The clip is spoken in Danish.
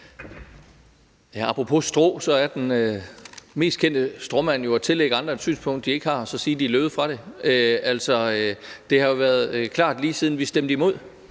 Apropos strå er den mest kendte stråmand jo at tillægge andre et synspunkt, de ikke har, og så sige, at de er løbet fra det. Det har jo været klart, lige siden vi stemte imod,